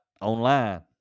online